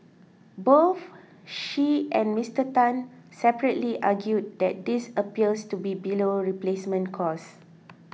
both she and Mister Tan separately argued that this appears to be below replacement cost